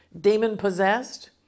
demon-possessed